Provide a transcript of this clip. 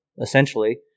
essentially